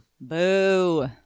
Boo